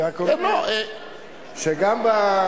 אני רק אומר שגם ------ לא.